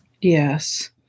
Yes